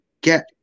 get